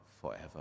forever